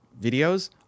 videos